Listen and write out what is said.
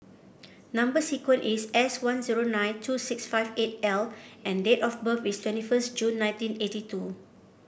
number sequence is S one zero nine two six five eight L and date of birth is twenty first June nineteen eighty two